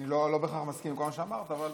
אני לא בהכרח מסכים עם כל מה שאמרת, אבל